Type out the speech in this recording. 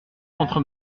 contre